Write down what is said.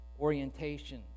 orientation